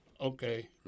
Okay